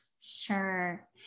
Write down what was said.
Sure